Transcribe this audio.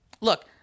Look